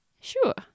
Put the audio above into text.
Sure